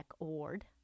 Award